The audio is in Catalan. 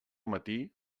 matí